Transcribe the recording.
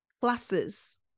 classes